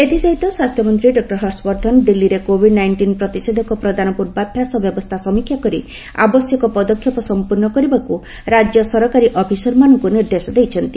ଏଥିସହିତ ସ୍ୱାସ୍ଥ୍ୟମନ୍ତ୍ରୀ ଡକୁର ହର୍ଷବର୍ଦ୍ଧନ ଦିଲ୍ଲୀରେ କୋବିଡ୍ ନାଇଷ୍ଟିନ୍ ପ୍ରତିଷେଧକ ପ୍ରଦାନ ପୂର୍ବାଭ୍ୟାସ ବ୍ୟବସ୍ଥା ସମୀକ୍ଷା କରି ଆବଶ୍ୟକ ପଦକ୍ଷେପ ସମ୍ପୂର୍ଣ୍ଣ କରିବାକୁ ରାଜ୍ୟ ସରକାରୀ ଅଫିସରମାନଙ୍କୁ ନିର୍ଦ୍ଦେଶ ଦେଇଛନ୍ତି